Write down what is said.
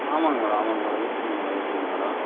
ஆமாம்ங்க மேடம் ஆமாம்ங்க மேடம் இருக்குங்க மேடம் இருக்குங்க மேடம்